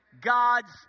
God's